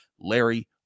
Larry